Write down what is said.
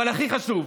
אבל הכי חשוב,